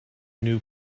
new